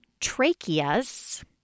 tracheas